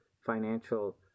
financial